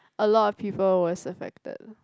a lot of people was affected